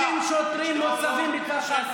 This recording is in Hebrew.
50 שוטרים מוצבים בכפר קאסם.